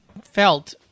felt